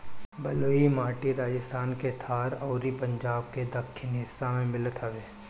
बलुई माटी राजस्थान के थार अउरी पंजाब के दक्खिन हिस्सा में मिलत हवे